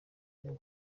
vuba